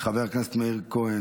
חבר הכנסת מאיר כהן,